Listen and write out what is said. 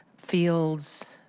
fields,